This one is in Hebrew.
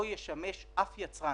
לא ישמש אף יצרן.